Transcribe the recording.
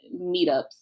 meetups